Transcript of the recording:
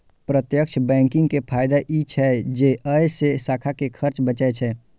प्रत्यक्ष बैंकिंग के फायदा ई छै जे अय से शाखा के खर्च बचै छै